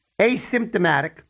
asymptomatic